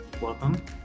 Welcome